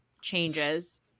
changes